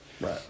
Right